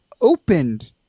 opened